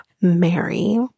Mary